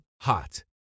hot